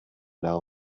now